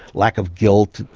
lack of guilt,